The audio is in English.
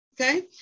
Okay